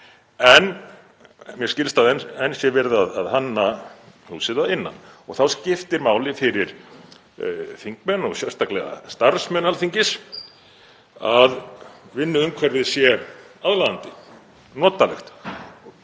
en mér skilst að enn sé verið að hanna húsið að innan. Þá skiptir máli fyrir þingmenn og sérstaklega starfsmenn Alþingis að vinnuumhverfið sé aðlaðandi, notalegt,